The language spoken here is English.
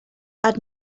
add